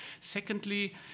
Secondly